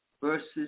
versus